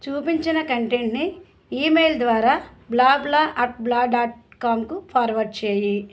చూపించిన కంటెంట్ని ఇమెయిల్ ద్వారా blah blah at blah dot కామ్కు ఫార్వార్డ్ చేయి